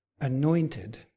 anointed